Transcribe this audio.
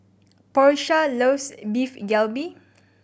Porsha loves Beef Galbi